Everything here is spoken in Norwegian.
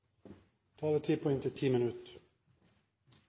taletid på inntil 3 minutter.